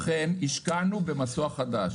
לכן השקענו במסוע חדש.